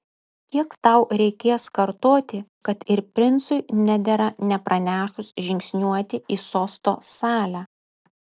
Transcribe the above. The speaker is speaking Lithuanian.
kiek tau reikės kartoti kad ir princui nedera nepranešus žingsniuoti į sosto salę